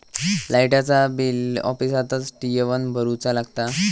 लाईटाचा बिल ऑफिसातच येवन भरुचा लागता?